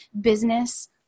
business